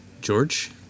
george